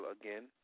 again